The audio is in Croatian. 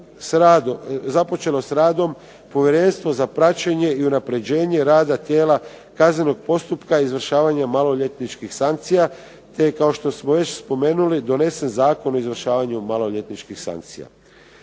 započelo s radom Povjerenstvo za praćenje i unapređenje rada tijela kaznenog postupka izvršavanja maloljetničkih sankcija. Te kao što smo već spomenuli donesen Zakon o izvršavanju maloljetničkih sankcija.